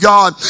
God